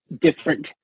different